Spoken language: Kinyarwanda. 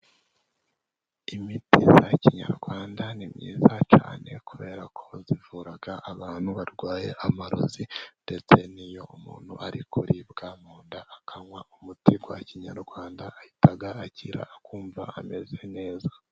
Imiti ya kinyarwanda ni myiza cyane, kubera ko ivura abantu barwaye amarozi, ndetse n'iyo umuntu ari kuribwa mu nda akanywa umuti wa kinyarwanda, ahita akira akumva ameze neza.